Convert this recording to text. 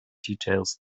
details